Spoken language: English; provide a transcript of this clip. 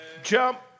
jump